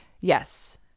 Yes